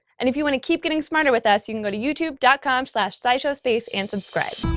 and if you want to keep getting smarter with us you can go to youtube dot com slash scishowspace and subscribe.